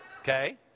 Okay